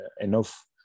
enough